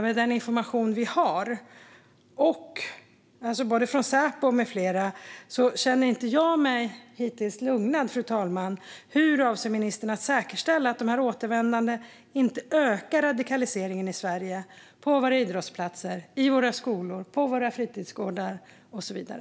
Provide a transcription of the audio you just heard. Med den information vi har från Säpo med flera känner jag mig hittills inte lugnad, fru talman. Hur avser ministern att säkerställa att dessa återvändare inte ökar radikaliseringen i Sverige på våra idrottsplatser, i våra skolor, på våra fritidsgårdar och så vidare?